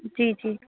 जी जी